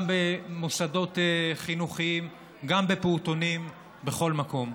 גם במוסדות חינוכיים, גם בפעוטונים ובכל מקום.